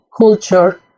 culture